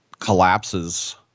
collapses